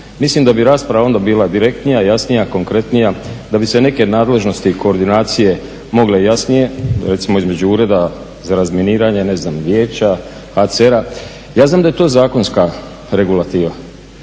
Mislim da bi rasprava onda bila direktnija, jasnija, konkretnija, da bi se neke nadležnosti i koordinacije mogle jasnije, recimo između ureda za razminiranje, ne znam vijeća HCR-a. Ja znam da je to zakonska regulativa,